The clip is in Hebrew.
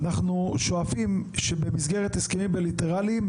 אנחנו שואפים שבהסכמים בילטרליים,